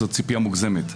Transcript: זאת ציפייה מוגזמת.